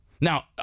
Now